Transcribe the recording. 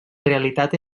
realitat